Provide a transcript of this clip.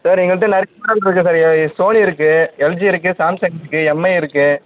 sir எங்கள்கிட்ட நிறைய model இருக்குது சார் சோனி இருக்குது எல்ஜி இருக்குது சேம்சங் இருக்குது எம்ஐ இருக்குது